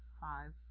five